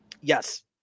Yes